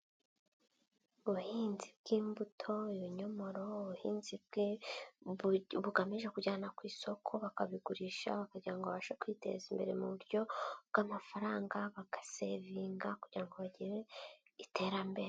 Ubuhinzi bw'imbuto, ibinyomoro, ubuhinzi bwe bugamije kujyana ku isoko bakabigurisha kugira ngo babashe kwiteza imbere mu buryo bw'amafaranga, bagasevinga kugira ngo bagire iterambere.